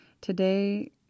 today